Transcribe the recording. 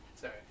Sorry